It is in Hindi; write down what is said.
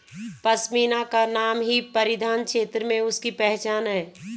पशमीना का नाम ही परिधान क्षेत्र में उसकी पहचान है